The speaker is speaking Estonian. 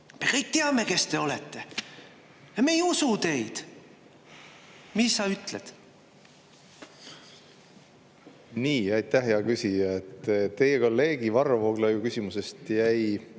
Me kõik teame, kes te olete! Ja me ei usu teid! Mis sa ütled? Nii. Aitäh, hea küsija! Teie kolleegi Varro Vooglaiu küsimusest jäi